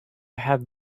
had